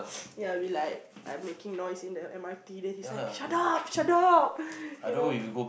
yeah we like making noise in the M_R_T then he's like shut up shut up you know